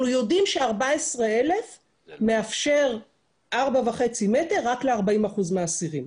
אנחנו יודעים ש-14,000 מאפשר 4.5 מ"ר רק ל-40% מהאסירים,